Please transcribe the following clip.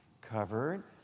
Covered